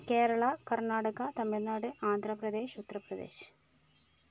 Kerala Karnataka Tamil Nadu Andhra Pradesh Uttar Pradesh